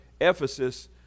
Ephesus